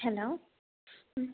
hello